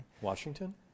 Washington